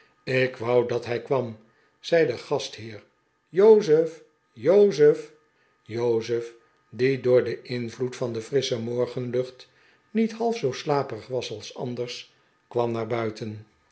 ik wou dat hij kwam zei de gastheer jozef jozef jozef die door den inviped van de frissche morgenluc ht niet hall zoo slaperig was als anders kwam naar buiten